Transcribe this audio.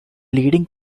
leading